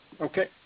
Okay